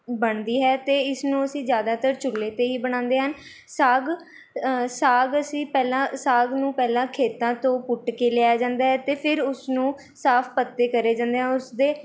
ਬਣਦੀ ਹੈ ਅਤੇ ਇਸਨੂੰ ਅਸੀਂ ਜ਼ਿਆਦਾਤਰ ਚੁੱਲ੍ਹੇ 'ਤੇ ਹੀ ਬਣਾਉਂਦੇ ਹਨ ਸਾਗ ਸਾਗ ਅਸੀਂ ਪਹਿਲਾਂ ਸਾਗ ਨੂੰ ਪਹਿਲਾਂ ਖੇਤਾਂ ਤੋਂ ਪੁੱਟ ਕੇ ਲਿਆਇਆ ਜਾਂਦਾ ਹੈ ਅਤੇ ਫਿਰ ਉਸਨੂੰ ਸਾਫ਼ ਪੱਤੇ ਕਰੇ ਜਾਂਦੇ ਆ ਉਸਦੇ